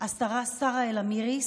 השרה סארה אל-אמירי,